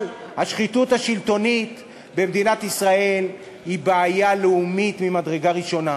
אבל השחיתות השלטונית במדינת ישראל היא בעיה לאומית ממדרגה ראשונה,